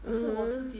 mmhmm